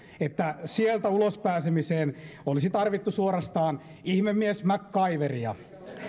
että sieltä ulos pääsemiseen olisi tarvittu suorastaan ihmemies macgyveria